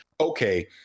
okay